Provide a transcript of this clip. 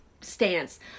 stance